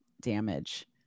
damage